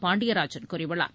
பாண்டியராஜன் கூறியுள்ளார்